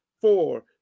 four